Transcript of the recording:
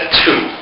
two